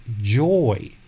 joy